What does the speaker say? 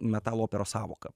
metalo operos sąvoką